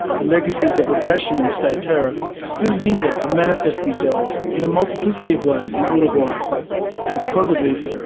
the legacies of repression and state terror still linger and manifest themselves in a multiplicity of ways in uruguay and because of this,